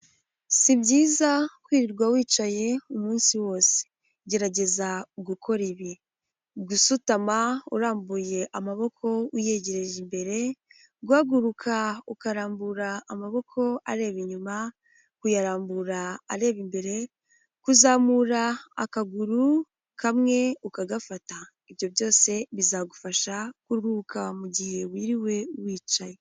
Si byiza kwirirwa wicaye umunsi wose, gerageza gukora ibi gusutama urambuye amaboko uyegeje imbere, guhaguruka ukarambura amaboko areba inyuma, kuyarambura areba imbere, kuzamura akaguru kamwe ukagafata, ibyo byose bizagufasha kuruhuka mu gihe wiriwe wicaye.